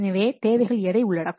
எனவே தேவைகள் எதை உள்ளடக்கும்